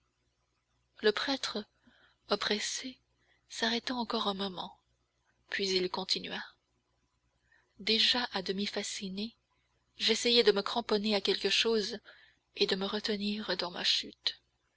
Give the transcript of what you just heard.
le prêtre oppressé s'arrêta encore un moment puis il continua déjà à demi fasciné j'essayai de me cramponner à quelque chose et de me retenir dans ma chute